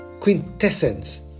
quintessence